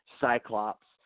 Cyclops